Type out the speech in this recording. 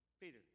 Peter